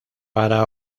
para